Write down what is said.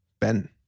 Ben